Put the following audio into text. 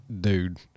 Dude